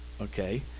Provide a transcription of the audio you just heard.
Okay